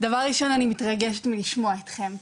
דבר ראשון אני מתרגשת מלשמוע אתכם פה,